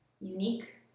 unique